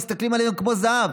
מסתכלים עליהם כמו זהב,